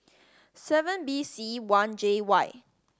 seven B C one J Y